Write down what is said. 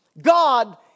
God